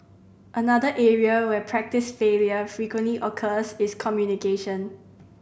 another area where practice failure frequently occurs is communication